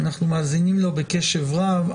אנחנו מאזינים לו בקשב רב.